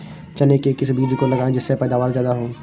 चने के किस बीज को लगाएँ जिससे पैदावार ज्यादा हो?